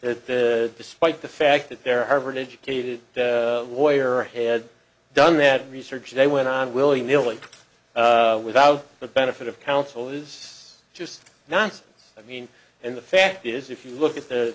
that the despite the fact that there harvard educated lawyer had done that research they went on willy nilly without the benefit of counsel is just nonsense i mean and the fact is if you look at the